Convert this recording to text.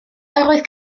oedd